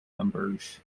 numbers